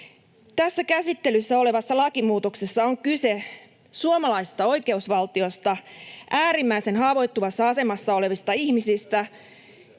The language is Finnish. Tässä käsittelyssä olevassa lakimuutoksessa on kyse suomalaisesta oikeusvaltiosta, äärimmäisen haavoittuvassa asemassa olevista ihmisistä